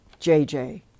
jj